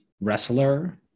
wrestler